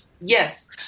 Yes